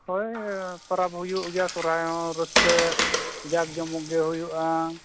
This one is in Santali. ᱦᱳᱭ ᱯᱚᱨᱚᱵᱽ ᱦᱩᱭᱩᱜ ᱜᱮᱭᱟ ᱥᱚᱦᱨᱟᱭ ᱦᱚᱸ ᱨᱟᱹᱥᱠᱟᱹ ᱡᱟᱠ ᱡᱚᱢᱚᱠ ᱜᱮ ᱦᱩᱭᱩᱜᱼᱟ